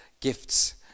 gifts